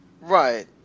Right